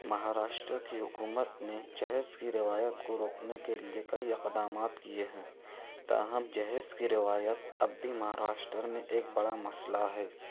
مہاراشٹر کی حکومت نے جہیز کی روایت کو روکنے کے لیے کئی اقدامات کئے ہیں تاہم جہیز کی روایت اب بھی مہاراشٹر میں ایک بڑا مسئلہ ہے